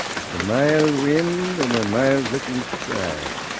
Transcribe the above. a mile wind and a mile looking sky